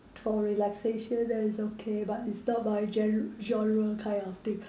for relaxation then is okay but it's not my gen~ genre kind of thing